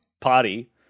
party